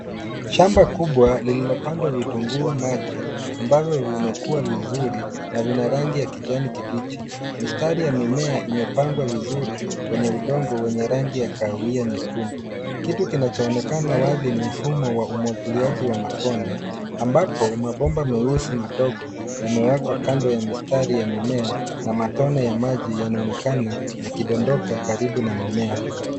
Shamba kubwa lililopandwa vitunguu maji ambazo zimekua vizuri na vina rangi ya kijani kibichi. Mistari ya mimea imepangwa vizuri kwenye udongo wenye rangi ya kahawia nyekundu. Kitu kinachoonekana wazi ni mfumo wa umwagiliaji wa matone ambapo mabomba meusi madogo yamewekwa kando ya mistari ya mimea na matone ya maji yanaonekana yakidondoka karibu na mimea.